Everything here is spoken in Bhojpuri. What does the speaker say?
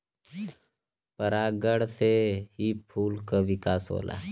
परागण से ही फूल क विकास होला